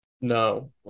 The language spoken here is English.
No